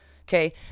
Okay